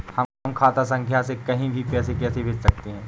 हम खाता संख्या से कहीं भी पैसे कैसे भेज सकते हैं?